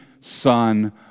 Son